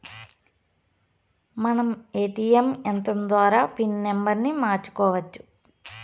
మనం ఏ.టీ.యం యంత్రం ద్వారా పిన్ నంబర్ని మార్చుకోవచ్చు